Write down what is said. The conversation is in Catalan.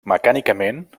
mecànicament